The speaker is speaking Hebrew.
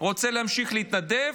רוצה להמשיך להתנדב,